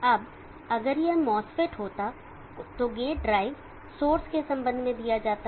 अब अगर यह MOSFET होता तो गेट ड्राइव सोर्स के संबंध में दिया जाता